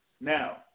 Now